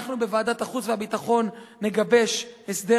אנחנו בוועדת החוץ והביטחון נגבש הסדר